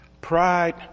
pride